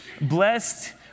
Blessed